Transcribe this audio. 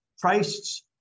Christ's